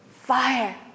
fire